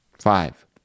Five